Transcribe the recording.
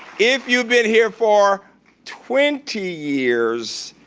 if you've been here for twenty years,